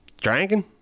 drinking